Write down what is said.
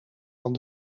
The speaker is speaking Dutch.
van